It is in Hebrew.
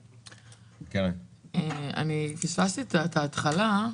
אני פספסתי את ההתחלה.